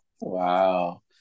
Wow